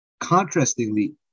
contrastingly